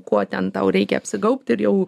kuo ten tau reikia apsigaubti ir jau